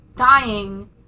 Dying